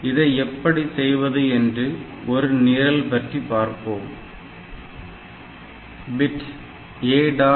இதை எப்படி செய்வது என்று ஒரு நிரல் பற்றி பார்ப்போம் பிட் A